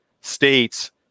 states